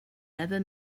never